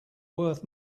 worth